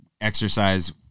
exercise